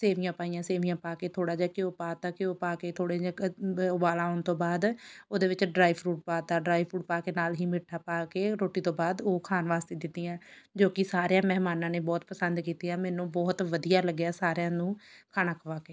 ਸੇਵੀਆਂ ਪਾਈਆਂ ਸੇਵੀਆਂ ਪਾ ਕੇ ਥੋੜ੍ਹਾ ਜਿਹਾ ਘਿਓ ਪਾ ਦਿੱਤਾ ਘਿਓ ਪਾ ਕੇ ਥੋੜ੍ਹੇ ਜਿਹੇ ਕ ਉਬਾਲਾ ਆਉਣ ਤੋਂ ਬਾਅਦ ਉਹਦੇ ਵਿੱਚ ਡਰਾਈ ਫਰੂਟ ਪਾ ਦਿੱਤਾ ਡਰਾਈ ਫਰੂਟ ਪਾ ਕੇ ਨਾਲ਼ ਹੀ ਮਿੱਠਾ ਪਾ ਕੇ ਰੋਟੀ ਤੋਂ ਬਾਅਦ ਉਹ ਖਾਣ ਵਾਸਤੇ ਦਿੱਤੀਆਂ ਜੋ ਕਿ ਸਾਰਿਆਂ ਮਹਿਮਾਨਾਂ ਨੇ ਬਹੁਤ ਪਸੰਦ ਕੀਤੀਆਂ ਮੈਨੂੰ ਬਹੁਤ ਵਧੀਆ ਲੱਗਿਆ ਸਾਰਿਆਂ ਨੂੰ ਖਾਣਾ ਖਵਾ ਕੇ